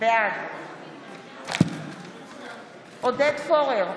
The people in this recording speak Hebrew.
בעד עודד פורר,